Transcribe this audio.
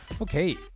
Okay